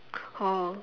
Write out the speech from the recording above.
oh